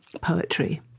poetry